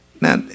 Now